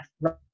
right